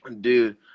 Dude